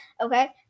Okay